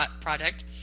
project